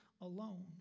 alone